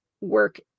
work